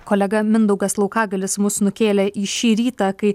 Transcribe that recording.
kolega mindaugas laukagalis mus nukėlė į šį rytą kai